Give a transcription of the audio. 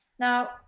Now